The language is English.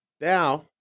Now